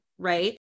Right